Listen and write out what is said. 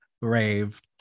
brave